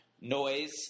noise